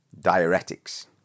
diuretics